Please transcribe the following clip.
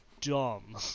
dumb